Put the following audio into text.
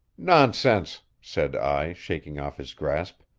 nonsense, said i, shaking off his grasp.